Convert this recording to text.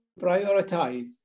prioritize